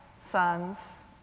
sons